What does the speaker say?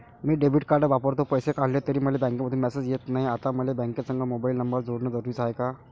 मी debit card वापरतो, पैसे काढले तरी मले बँकेमंधून मेसेज येत नाय, आता मले बँकेसंग मोबाईल नंबर जोडन जरुरीच हाय का?